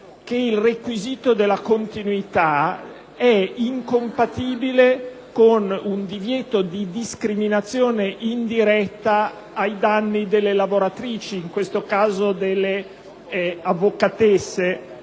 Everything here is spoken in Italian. che il requisito della continuità è incompatibile con un divieto di discriminazione indiretta ai danni delle lavoratrici, in questo caso delle avvocatesse,